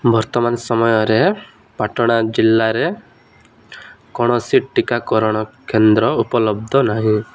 ବର୍ତ୍ତମାନ ସମୟରେ ପାଟନା ଜିଲ୍ଲାରେ କୌଣସି ଟିକାକରଣ କେନ୍ଦ୍ର ଉପଲବ୍ଧ ନାହିଁ